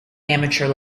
amateur